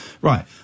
Right